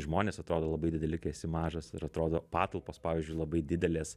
žmonės atrodo labai dideli kai esi mažas ir atrodo patalpos pavyzdžiui labai didelės